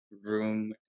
room